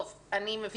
טוב, אני מבינה.